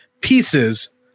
pieces